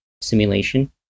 simulation